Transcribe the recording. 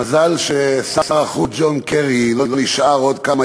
מזל ששר החוץ ג'ון קרי לא נשאר עוד כמה